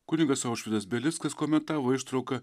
kunigas aušvydas belickas komentavo ištrauką